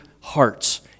hearts